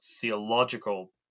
theological